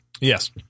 yes